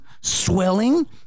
swelling